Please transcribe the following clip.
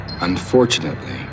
Unfortunately